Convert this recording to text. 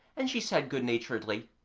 and she said good-naturedly,